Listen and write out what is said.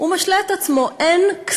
יש